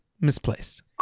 Misplaced